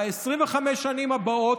ב-25 השנים הבאות,